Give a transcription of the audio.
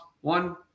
one